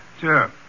Sure